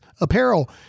apparel